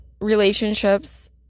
relationships